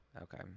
Okay